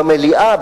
במליאה,